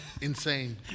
Insane